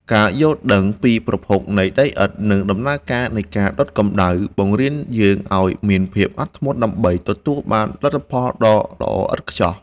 ការយល់ដឹងពីប្រភពនៃដីឥដ្ឋ និង ដំណើរការនៃការដុតកម្ដៅ បង្រៀនយើងឱ្យមានភាពអត់ធ្មត់ដើម្បីទទួលបានលទ្ធផលដ៏ល្អឥតខ្ចោះ។